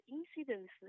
incidence